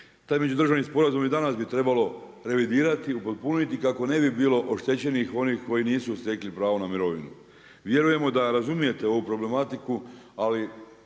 Taj međudržavni sporazum i danas bi trebalo revidirati, upotpuniti, kako ne bi bilo oštećenih, onih koji nisu stekli pravo na mirovinu. Vjerujemo da razumijete ovu problematiku, ali